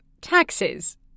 Taxes